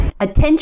attention